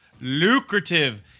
lucrative